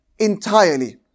entirely